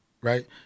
right